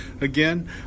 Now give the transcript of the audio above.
again